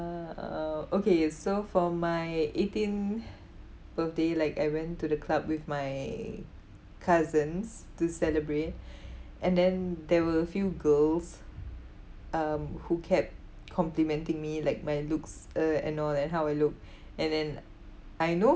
uh uh okay so for my eighteenth birthday like I went to the club with my cousins to celebrate and then there were a few girls um who kept complimenting me like my looks uh and all and how I look and then I know